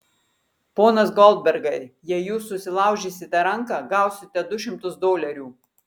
ponas goldbergai jei jūs susilaužysite ranką gausite du šimtus dolerių